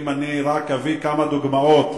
אם אני רק אביא כמה דוגמאות,